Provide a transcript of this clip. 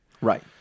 right